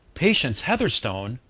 patience heatherstone,